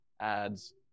adds